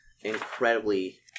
incredibly